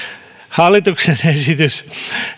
hallituksen